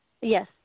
yes